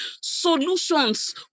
solutions